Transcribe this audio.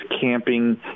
camping